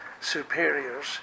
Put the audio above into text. superiors